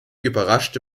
überraschte